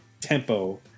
tempo